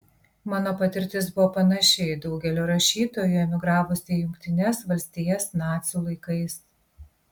mano patirtis buvo panaši į daugelio rašytojų emigravusių į jungtines valstijas nacių laikais